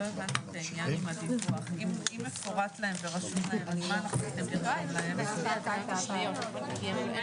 הישיבה ננעלה בשעה 10:32.